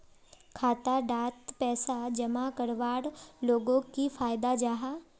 खाता डात पैसा जमा करवार लोगोक की फायदा जाहा?